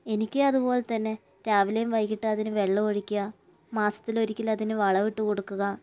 എനിക്ക് അതുപോലെതന്നെ രാവിലേയും വൈകിയിട്ടും അതിനു വെള്ളം ഒഴിക്കുക മാസത്തിലൊരിക്കലതിനു വളമിട്ട് കൊടുക്കുക